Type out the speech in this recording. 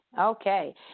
okay